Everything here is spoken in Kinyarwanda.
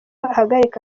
ahagarika